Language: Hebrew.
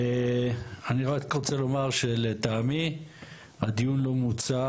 אני רק רוצה לומר שלטעמי הדיון לא מוצה